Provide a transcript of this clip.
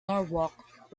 norwalk